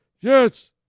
Yes